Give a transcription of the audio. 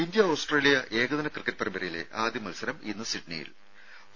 India Australia ഏകദിന cricket പരമ്പരയിലെ ആദ്യ മത്സരം ഇന്ന് സിഡ്നിയിൽ തുടങ്ങും